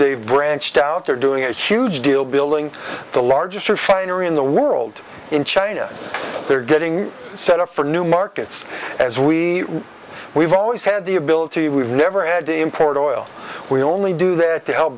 they've branched out they're doing a huge deal building the largest refinery in the world in china they're getting set up for new markets as we we've always had the ability we've never had to import oil we only do there to help